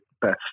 best